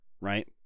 right